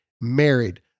married